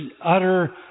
utter